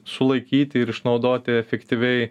sulaikyti ir išnaudoti efektyviai